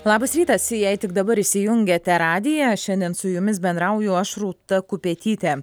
labas rytas jei tik dabar įsijungėte radiją šiandien su jumis bendrauju aš rūta kupetytė